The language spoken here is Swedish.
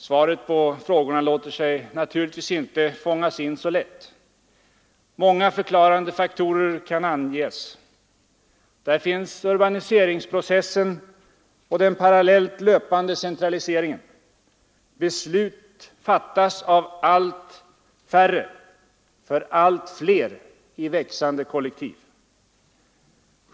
Svaret på frågorna låter sig naturligtvis inte fångas in så lätt. Många förklarande faktorer kan anges. Där finns urbaniseringsprocessen och den parallellt löpande centraliseringen. Beslut fattas av allt färre för allt fler i växande kollektiv.